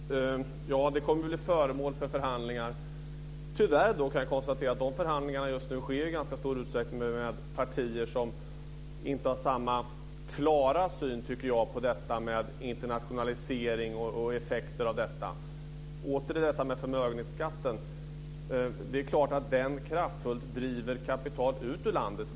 Herr talman! Tack för det svaret. Ja, det kommer att bli föremål för förhandlingar. Tyvärr kan jag då konstatera att förhandlingarna just nu sker i ganska stor utsträckning med de partier som inte har samma klara syn, tycker jag, på detta med internationalisering och effekterna av den. Åter till detta med förmögenhetsskatten. Det är klart att den kraftfullt driver kapital ut ur landet.